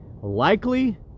Likely